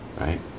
right